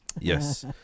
Yes